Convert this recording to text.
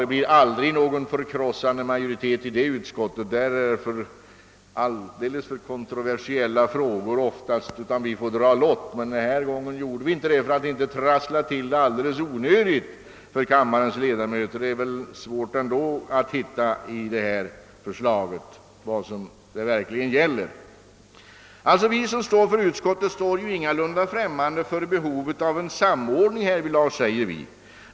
Det blir aldrig någon förkrossande majoritet i detta utskott; frågorna är oftast alldeles för kontroversiella för det, så vi brukar få dra lott. Denna gång gjorde vi emellertid inte det för att inte onödigtvis trassla till det hela för kammarens ledamöter, som ändå kan ha svårt att finna ut vad detta förslag verkligen gäller. Utskottsmajoriteten står ingalunda främmande för behovet av en samordning härvidlag.